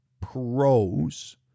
pros